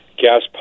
gas